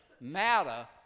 matter